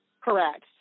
Correct